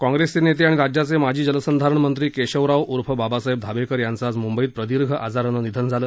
काँग्रेसचे नेते आणि राज्याचे माजी जलसंधारण मंत्री केशवराव उर्फ बाबासाहेब धाबेकर यांचं आज मुंबईत प्रदीर्घ आजारानं निधन झालं